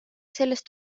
sellest